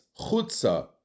Chutzah